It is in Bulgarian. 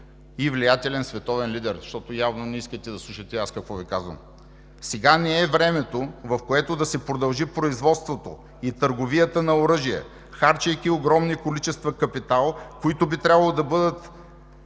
и влиятелен световен лидер, защото явно не искате да слушате аз какво Ви казвам: сега не е времето, в което да се продължи производството и търговията на оръжие, харчейки огромни количества капитал, който би трябвало да бъде